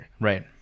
Right